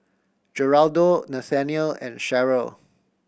Geraldo Nathanial and Sheryl